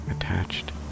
attached